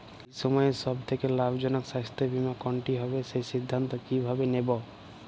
এই সময়ের সব থেকে লাভজনক স্বাস্থ্য বীমা কোনটি হবে সেই সিদ্ধান্ত কীভাবে নেব?